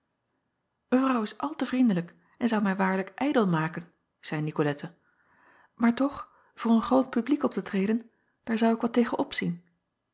evrouw is al te vriendelijk en zou mij waarlijk ijdel maken zeî icolette maar toch voor een groot publiek op te treden daar zou ik wat tegen opzien